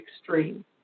extreme